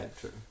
true